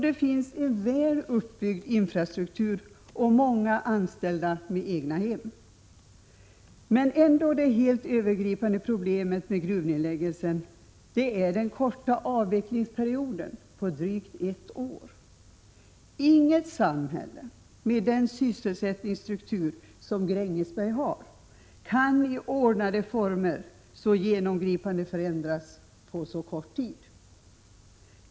Det finns en väl uppbyggd infrastruktur, och många anställda har egnahem. Men det helt övergripande problemet med gruvnedläggelsen är den korta avvecklingsperioden på drygt ett år. Inget samhälle, med den sysselsättningsstruktur som Grängesberg har, kan i ordnade former så genomgripande förändras på så kort tid.